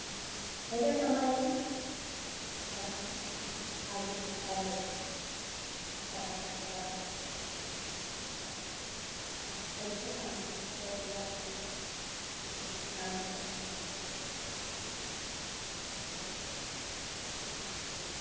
ᱱᱚᱶᱟᱭ ᱵᱷᱮᱡᱟ ᱠᱟᱢᱟᱭ ᱠᱳᱞ ᱠᱟᱢᱟᱭ ᱩᱱᱠᱩ ᱦᱚᱸ ᱚᱱᱠᱟᱜᱮ ᱰᱮᱞᱤᱵᱷᱟᱨᱤ ᱦᱚᱲ ᱦᱚᱸ ᱩᱱᱠᱩ ᱦᱚᱸ ᱴᱟᱠᱟ ᱠᱚᱠᱚ ᱨᱟᱲᱟ ᱠᱮᱫ ᱛᱟᱠᱚᱜᱮ ᱟᱹᱜᱩᱠᱮᱫ ᱠᱚᱜᱮ ᱠᱚ ᱟᱨᱚ ᱠᱚ ᱟᱨᱚ ᱠᱚ ᱠᱷᱚᱡ ᱠᱚᱣᱟ ᱩᱱᱠᱩ ᱦᱚᱸᱠᱚ ᱤᱭᱟᱹ ᱠᱚᱜᱮᱭᱟ ᱟᱫᱚ ᱵᱷᱟᱹᱞᱤᱜᱮ ᱨᱟᱱ ᱠᱚᱠᱚ ᱮᱢᱟᱢ ᱜᱮᱭᱟ ᱠᱚ ᱵᱮᱥᱜᱮ ᱪᱤᱠᱤᱛᱥᱟ ᱮᱢᱜᱮᱭᱟ ᱠᱚ ᱵᱮᱥ ᱠᱟᱛᱮᱜᱮ ᱥᱚᱨᱠᱟᱨᱤ ᱨᱮᱦᱚᱸ